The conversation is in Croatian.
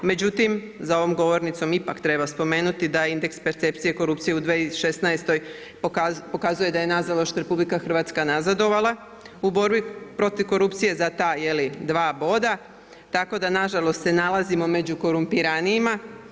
Međutim, za ovom govornicom ipak treba spomenuti da indeks percepcije korupcije u 2016. pokazuje da je nažalost RH nazadovala u borbi protiv korupcije za ta dva boda, tako da se nažalost nalazimo među korumpiranijima.